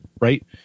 right